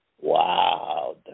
Wow